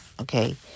Okay